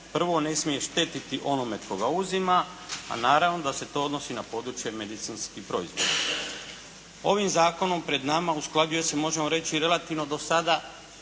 prvo ne smije štetiti onome tko ga uzima a naravno da se to odnosi na područje medicinskih proizvoda. Ovim zakonom pred nama usklađuje se možemo reći relativno do sada